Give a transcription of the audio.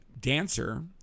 dancer